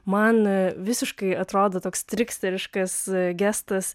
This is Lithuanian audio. man visiškai atrodo toks triksteriškas gestas